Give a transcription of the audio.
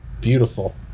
Beautiful